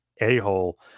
a-hole